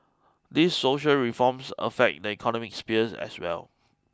these social reforms affect the economic sphere as well